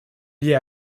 liées